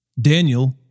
Daniel